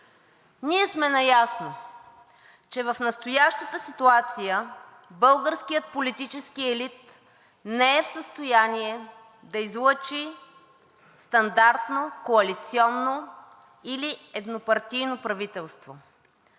Ние сме наясно, че в настоящата ситуация българският политически елит не е в състояние да излъчи стандартно коалиционно или еднопартийно правителство.